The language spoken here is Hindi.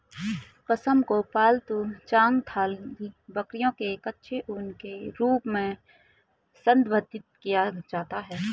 पश्म को पालतू चांगथांगी बकरियों के कच्चे ऊन के रूप में संदर्भित किया जाता है